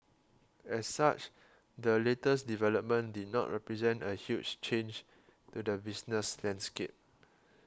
as such the latest development did not represent a huge change to the business landscape